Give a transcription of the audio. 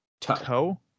toe